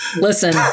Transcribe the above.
listen